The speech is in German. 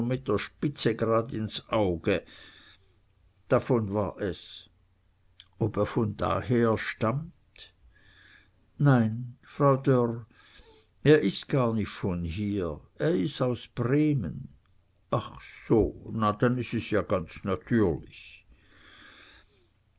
mit der spitze grad ins auge davon war es ob er von da herstammt nein frau dörr er is gar nich von hier er is aus bremen ach so na denn is es ja ganz natürlich